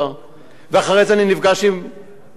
ואחרי זה אני נפגש עם מרחב ירקון,